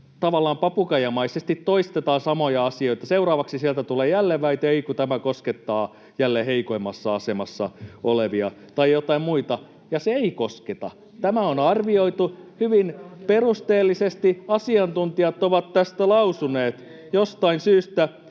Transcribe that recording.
papukaijamaisesti toistetaan samoja asioita. Seuraavaksi sieltä tulee jälleen väite ”ei, kun tämä koskettaa jälleen heikoimmassa asemassa olevia” tai jotain muita, ja se ei kosketa. Tämä on arvioitu hyvin perusteellisesti. Asiantuntijat ovat tästä lausuneet. Jostain syystä